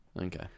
Okay